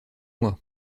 moi